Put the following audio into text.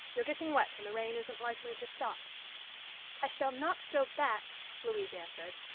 you're getting wet, and the rain isn't likely to stop i shall not go back louise answered,